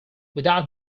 without